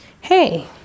Hey